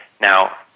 Now